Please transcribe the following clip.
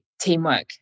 teamwork